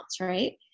right